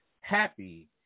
Happy